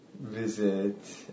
visit